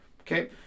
Okay